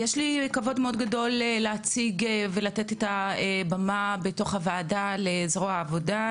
יש לי כבוד מאוד גדול להציג ולתת את הבמה בתוך הוועדה לזרוע העבודה,